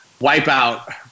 wipeout